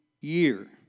year